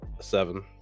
seven